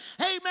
amen